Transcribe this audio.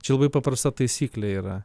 čia labai paprasta taisyklė yra